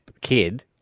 kid